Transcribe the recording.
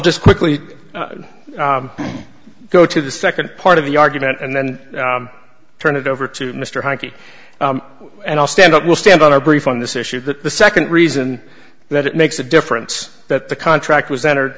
just quickly go to the second part of the argument and then turn it over to mr hockey and i'll stand up we'll stand on our brief on this issue that the second reason that it makes a difference that the contract was